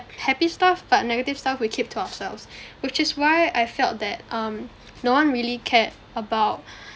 happy stuff but negative stuff we keep to ourselves which is why I felt that um no one really cared about